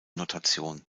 notation